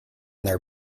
there